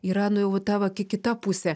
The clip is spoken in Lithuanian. yra nu jau ta va kita pusė